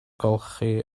olchi